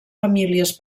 famílies